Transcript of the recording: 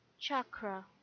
Chakra